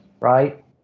right